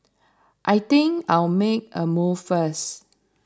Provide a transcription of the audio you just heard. I think I'll make a move first